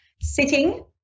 sitting